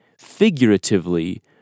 figuratively